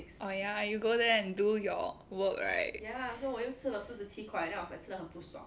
orh ya you go there and do your work right